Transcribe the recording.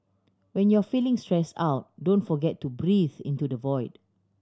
when you are feeling stress out don't forget to breathe into the void